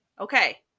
Okay